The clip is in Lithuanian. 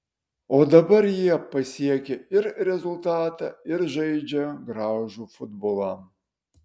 o dabar jie pasiekia ir rezultatą ir žaidžia gražų futbolą